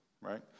right